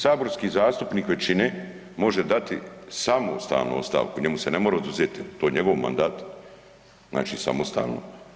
Saborski zastupnik većine može dati samostalno ostavku, njemu se ne mora oduzeti, to je njegov mandat, znači samostalno.